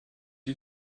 die